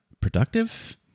productive